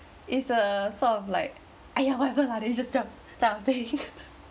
is a sort of like !aiya! whatever lah then you just jump kind of thing